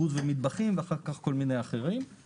מטבחים ואחר כך כל מיני אחרים.